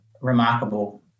remarkable